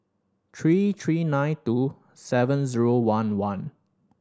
three three nine two seven zero one one